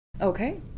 Okay